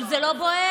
זה לא ייאמן.